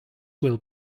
will